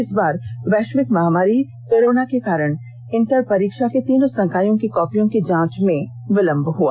इस बार वैष्विक महामारी कोरोना संकमण के कारण इंटर परीक्षा के तीनों संकायों की कॉपियों के जांच में विलंब हुआ